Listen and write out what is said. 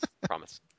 Promise